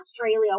Australia